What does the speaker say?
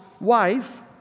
wife